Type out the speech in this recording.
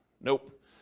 nope